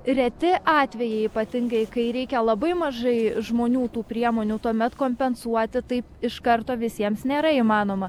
reti atvejai ypatingai kai reikia labai mažai žmonių tų priemonių tuomet kompensuoti taip iš karto visiems nėra įmanoma